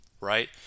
right